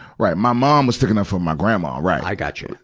right. my mom was sticking up for my grandma, right. i gotcha.